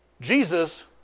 Jesus